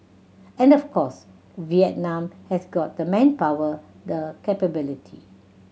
and of course Vietnam has got the manpower the capability